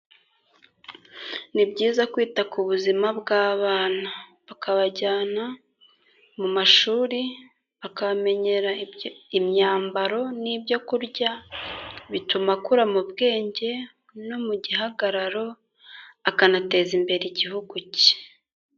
Ni byiza kwita ku buzima bw'abana, bakabajyana mu mashuri, bakamenyera imyambaro n'ibyo kurya bituma akura mu bwenge no mu gihagararo akanateza imbere igihugu cye.